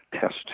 test